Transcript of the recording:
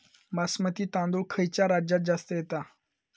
बासमती तांदूळ खयच्या राज्यात जास्त येता?